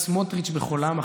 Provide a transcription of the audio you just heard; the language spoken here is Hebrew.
סמוֹטריץ', בחולם.